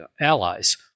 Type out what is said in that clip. allies